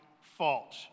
fault